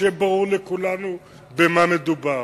כדי שיהיה ברור לכולנו במה מדובר.